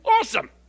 Awesome